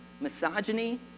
misogyny